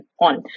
on